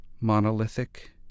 Monolithic